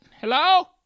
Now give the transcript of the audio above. hello